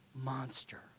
monster